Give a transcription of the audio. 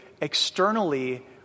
externally